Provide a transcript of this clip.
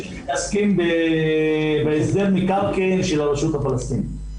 שמתעסקים בהסדר מקרקעין של הרשות הפלסטינית.